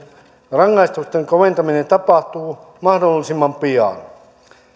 rangaistusten koventaminen tapahtuu mahdollisimman pian